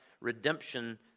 redemption